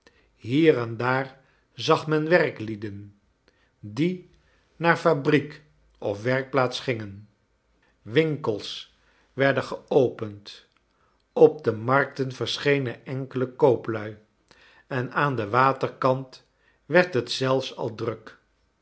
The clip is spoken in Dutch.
hier en daar zag men werklieden die naar fabriek of werkplaats gingen winkels werden geopend op de markten verschenen enkele kooplui en aan den waterkant werd het zelfs al druk